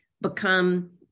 become